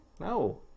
no